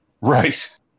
Right